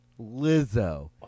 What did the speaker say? Lizzo